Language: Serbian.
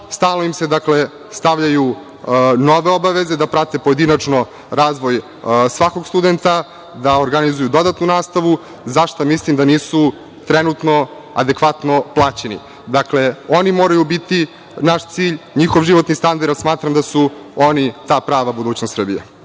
Stalno im se stavljaju nove obaveze, da prate pojedinačno razvoj svakog studenta, da organizuju dodatnu nastavu, za šta mislim da nisu trenutno adekvatno plaćeni. Dakle, oni moraju biti naš cilj, njihov životni standard, jer smatram da su da su oni ta prava budućnost Srbije.